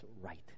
right